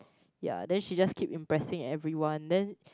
ya then she just keep impressing everyone then